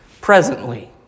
presently